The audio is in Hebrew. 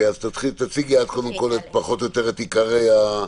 אז תציגי את קודם כול פחות או יותר את עיקרי התקנות.